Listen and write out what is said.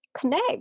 connect